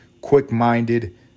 quick-minded